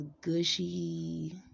gushy